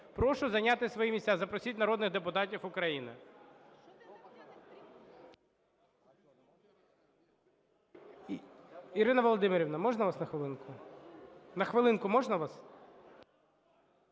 Прошу зайняти свої місця. Запросіть народних депутатів України.